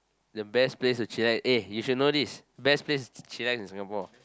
the best place to chillax eh you should know this best place to chillax in Singapore